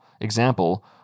Example